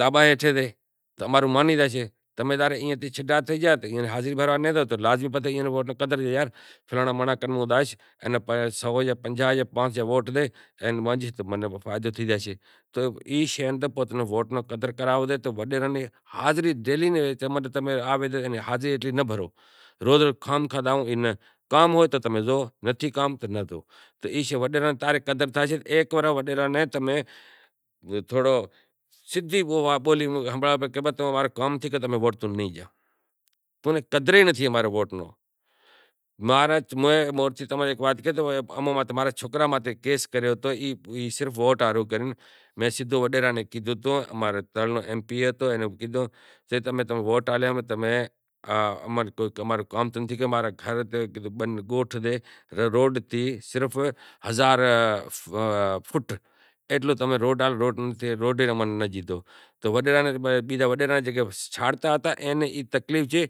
دابے میں سے تو ای شے ماں ووٹ نو قدر کرانوو سے تو وڈیراں نی ڈیلی حاضری ناں بھرو۔ تر نو ایم پی اے ہتو بیزو تمارو کام نتھی کرتو، امیں کیدہو صرف ہیک ہزار فوٹ روڈ امیں ہال پنڑ ای اماں نے روڈ بھی نیں ڈیدہو۔